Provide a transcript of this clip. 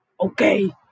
okay